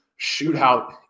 shootout